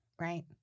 right